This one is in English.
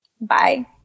Bye